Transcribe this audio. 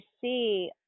see